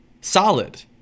Solid